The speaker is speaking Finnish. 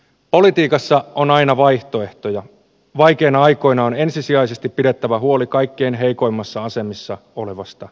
politiikassa on aina vaihtoehtoja vaikeina aikoina on ensisijaisesti pidettävä huoli kaikkein heikoimmassa asemassa olevasta